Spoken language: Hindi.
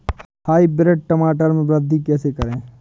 हाइब्रिड टमाटर में वृद्धि कैसे करें?